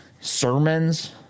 sermons